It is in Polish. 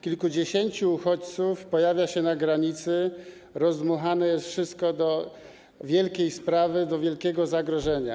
Kilkudziesięciu uchodźców pojawia się na granicy, rozdmuchane jest to wszystko do rozmiarów wielkiej sprawy, wielkiego zagrożenia.